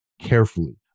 carefully